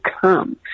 come